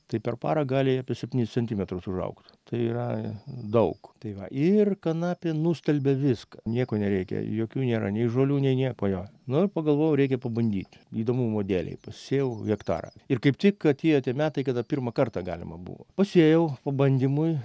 tai per parą gali apie septynis centimetrus užaugt tai yra daug tai va ir kanapė nustelbia viską nieko nereikia jokių nėra nei žolių nei nieko jo nu ir pagalvojau reikia pabandyti įdomumo dėlei pasisėjau hektarą ir kaip tik kad tie metai kada pirmą kartą galima buvo pasėjau pabandymui